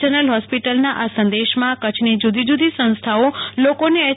general ફોસ્પિટલના આ સંદેશામાં કચ્છની જુદી જુદી સંસ્થાઓ લોકોને એચ